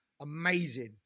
amazing